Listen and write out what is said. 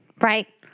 right